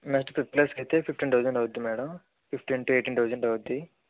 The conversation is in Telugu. నెక్స్ట్ ఫిఫ్త్ క్లాస్ కైతే ఫిఫ్టీన్ థౌసండ్ అవుద్ది madam fifteen to eighteen thousand అవుద్ది